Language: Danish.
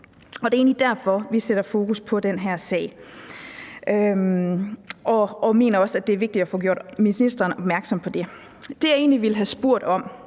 egentlig derfor, vi sætter fokus på den her sag, og vi mener også, det er vigtigt at få gjort ministeren opmærksom på det. Det, jeg egentlig ville have spurgt om,